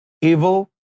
evil